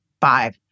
five